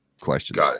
questions